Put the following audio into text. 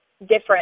different